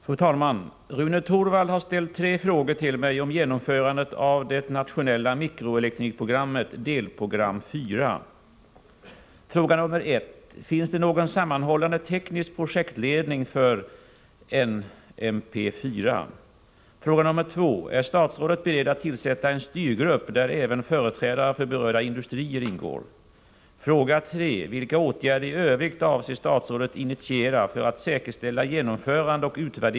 Fru talman! Rune Torwald har ställt tre frågor till mig om genomförandet av det nationella mikroelektronikprogrammet, delprogram 4 . 2. Är statsrådet beredd att tillsätta en styrgrupp där även företrädare för berörda industrier ingår?